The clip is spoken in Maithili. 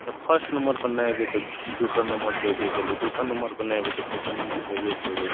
या फर्स्ट नम्बरपर नहि अएबै तऽ दोसर नम्बरपर अएबे करबै दोसर नम्बरपर नहि अएबे तऽ तेसर नम्बरपर अएबे करबै